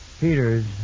Peters